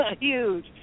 huge